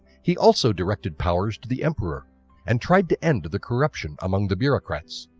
he also directed powers to the emperor and tried to end the corruption among the bureaucrats.